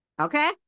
okay